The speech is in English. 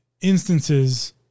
instances